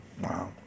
Wow